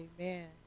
Amen